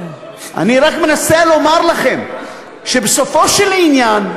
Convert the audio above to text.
אני רק מנסה לומר לכם שבסופו של עניין,